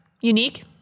unique